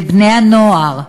לבני-הנוער?